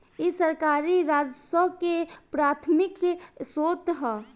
इ सरकारी राजस्व के प्राथमिक स्रोत ह